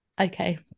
Okay